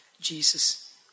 Jesus